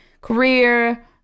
career